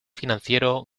financiero